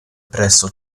presso